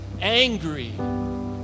angry